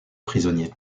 prisonnier